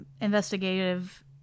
investigative